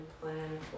plan